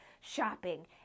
Shopping